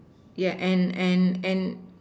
yeah and and and